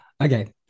Okay